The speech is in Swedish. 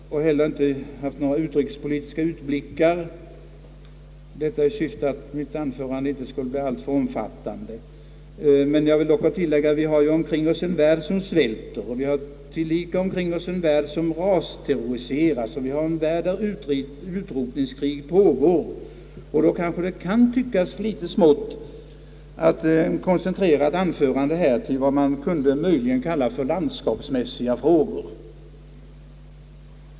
Jag har inte hel ler gjort några utrikespolitiska utblickar. Detta har skett i syfte att mitt anförande inte skulle bli alltför omfattande. Men jag vill tillägga att vi omkring oss har en värld som svälter, och att vi omkring oss har en värld som rasterroriseras och där utrotningskrig pågår. Det kan kanske tyckas att det är för litet att koncentrera ett anförande här till vad man egentligen skulle kunna kalla för landskapsmässiga frågor.